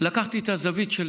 לקחתי את הזווית של